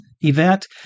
event